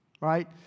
Right